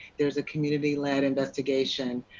there is a community led investigation.